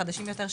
חדשים יותר,